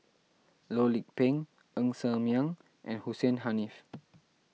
Loh Lik Peng Ng Ser Miang and Hussein Haniff